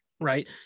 right